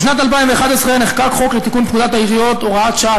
בשנת 2011 נחקק חוק לתיקון פקודת העיריות (הוראת שעה),